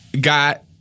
got